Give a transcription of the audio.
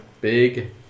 big